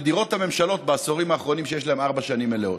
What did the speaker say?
נדירות הממשלות בעשורים האחרונים שיש להן ארבע שנים מלאות,